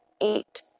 Eight